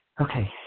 Okay